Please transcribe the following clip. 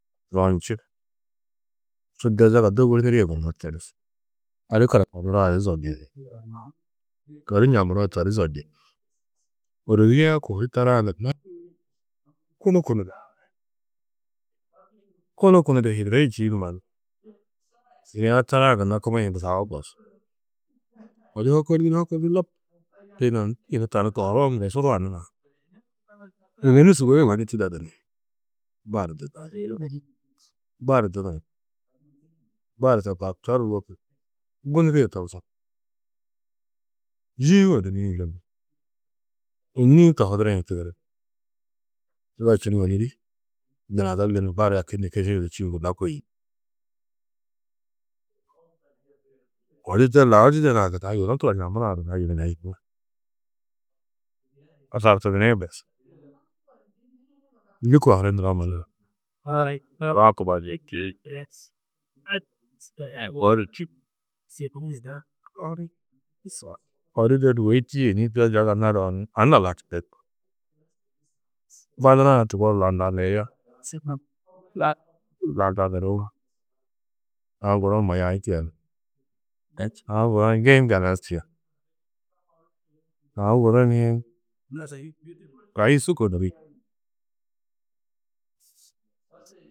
Zonji su de zaga dôburdiriê yugonnó togus, a di karap muroo a di zonjini, to di ñammuroo to di zonjini ôrozie-ã kohirî tarã hîu kunu kunu du, kunu kunu du hidiri čîidi mannu yinia tarã gunna kubu-ĩ hi busau bos odu hôkorniri, hôkorniri lobtiyinã ndû yunu kohuroo muro suru-ã nurã, yunu sûgoi ôwonni tidedu ni bari dunar. Bari dunnuru ni bari to baptorru wôku guniriê togusã yî-ĩ ônuri-ĩ li, ônuri-ĩ tuhodiri-ĩ tigiri, wečunu ônuri dunodo li ni bari a kiši di čî gunna guyi. Odu lau tidedã gunna yunu turo ñammurã gunna yiginaĩ asartidini bes, ndû kohuri nuroo mannu to koo di čî odu de sûgoi tîyi ni zaga naduo ni anna landa nirîe togus, ba nurã ni tuguuru landaniri aũ guru ni Mayaĩ tiyenno, aũ guru ni giĩ tiyenno aũ guru ni kayi su kônirie tiyenno.